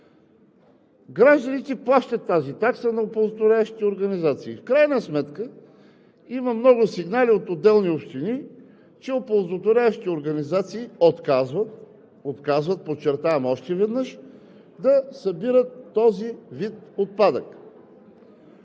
Гражданите плащат тази такса на оползотворяващите организации. В крайна сметка има много сигнали от отделни общини, че оползотворяващите организации отказват, подчертавам още веднъж – отказват, да събират този вид отпадък.